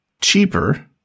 cheaper